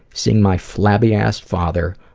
seeing my flabby-assed father,